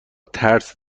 ترس